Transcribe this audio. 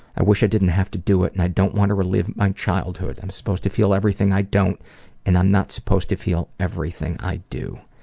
i wish i didn't have to do it and i don't want to relive my childhood. i'm supposed to feel everything i don't and i'm not supposed to feel everything i do.